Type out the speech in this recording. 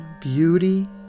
beauty